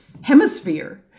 hemisphere